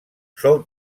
sol